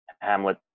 Hamlet